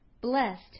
blessed